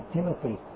Timothy